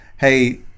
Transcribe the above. hey